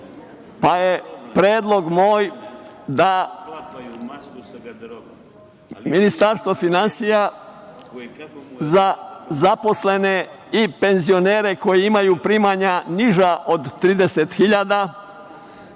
pa je predlog moj da Ministarstvo finansija za zaposlene i penzionere koji imaju primanja niža od 30.000